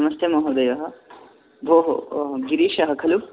नमस्ते महोदयः भोः गिरीशः खलु